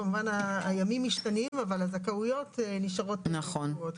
כמובן שהימים משתנים אבל הזכאויות נשארות מוכרות,